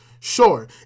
Sure